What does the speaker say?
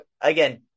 again